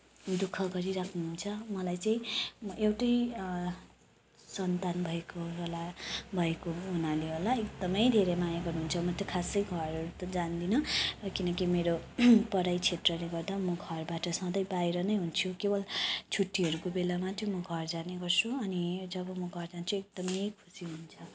दुःख गरि राख्नुहुन्छ मलाई चाहिँ म एउटै सन्तान भएको होला भएको हुनाले होला एकदमै धेरै माया गर्नुहुन्छ म त खासै घरहरू त जादिनँ किनकि मेरो पढाई क्षेत्रले गर्दा म घरबाट सधैँ बाहिर नै हुन्छु केवल छुट्टीहरूको बेला मात्रै म घर जाने गर्छु अनि जब म घर जान्छु एकदमै खुसी हुनुहुन्छ